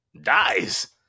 dies